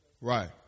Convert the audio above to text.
Right